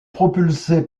propulsé